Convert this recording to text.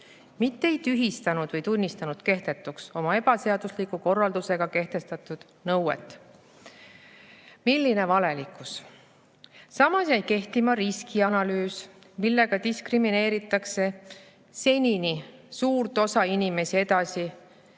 mitte ei tühistanud või tunnistanud kehtetuks oma ebaseadusliku korraldusega kehtestatud nõuet. Milline valelikkus! Samas jäi kehtima riskianalüüs, millega diskrimineeritakse senini suurt osa inimesi edasi.